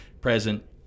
present